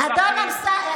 אדון אמסלם,